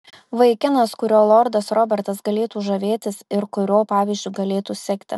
vaikinas kuriuo lordas robertas galėtų žavėtis ir kurio pavyzdžiu galėtų sekti